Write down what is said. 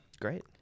Great